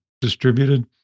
distributed